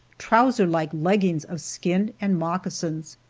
trouserlike leggings of skin and moccasins.